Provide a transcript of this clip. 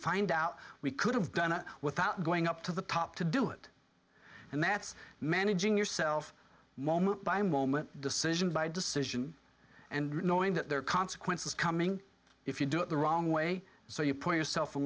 find out we could have done it without going up to the top to do it and that's managing yourself moment by moment decision by decision and knowing that there are consequences coming if you do it the wrong way so you put yourself in